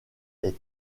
est